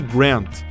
Grant